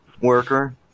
worker